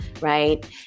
right